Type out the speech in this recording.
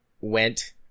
went